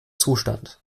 zustand